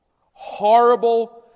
horrible